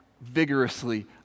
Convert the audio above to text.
vigorously